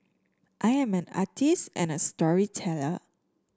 I am an artist and a storyteller